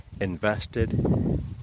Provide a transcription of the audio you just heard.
invested